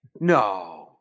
No